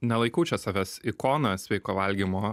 nelaikau čia savęs ikona sveiko valgymo